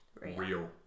real